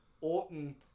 Orton